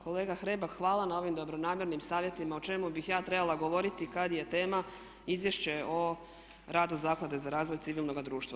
Kolega Hrebak, hvala na ovim dobronamjernim savjetima o čemu bih ja trebala govoriti kad je tema izvješće o radu Zaklade za razvoj civilnoga društva.